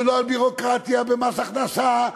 ולא על ביורוקרטיה במס הכנסה,